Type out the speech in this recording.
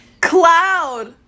Cloud